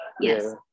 yes